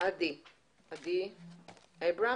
עדי אייברמס.